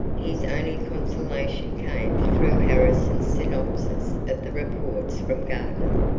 his only consolation came through harrison's synopsis of the reports from gardner,